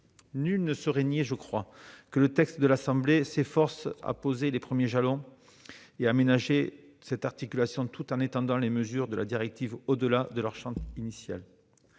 Nul ne peut nier que le texte de l'Assemblée s'efforce de poser les premiers jalons et d'aménager cette articulation, tout en étendant les mesures de la directive au-delà de son champ initial.